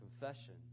Confession